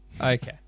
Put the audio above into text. Okay